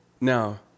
Now